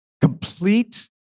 Complete